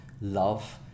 love